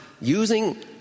using